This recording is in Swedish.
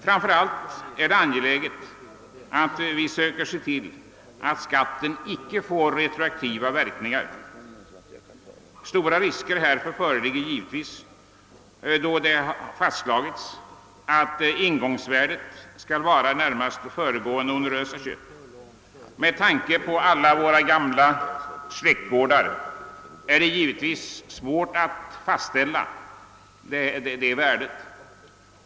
Framför allt är det angeläget att vi söker se till att skatten icke får retroaktiva verkningar. Stora risker härför föreligger givetvis, då det fastslagits att ingångsvärdet skall vara priset vid närmast föregående onerösa köp. Med tanke på alla våra gamla släktgårdar är det givetvis svårt att fastställa detta värde.